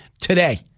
today